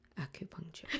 Acupuncture